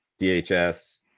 DHS